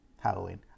Halloween